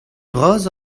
vras